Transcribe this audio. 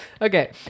Okay